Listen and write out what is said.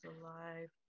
alive